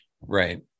Right